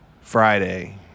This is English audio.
Friday